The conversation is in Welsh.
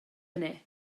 hynny